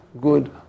good